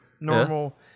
normal